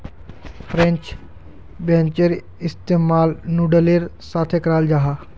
French बेंसेर इस्तेमाल नूडलेर साथे कराल जाहा